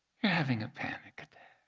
having a panic